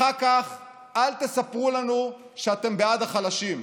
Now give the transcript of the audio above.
אחר כך אל תספרו לנו שאתם בעד החלשים.